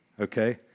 Okay